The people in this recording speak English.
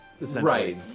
right